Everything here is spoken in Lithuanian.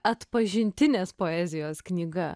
atpažintinės poezijos knyga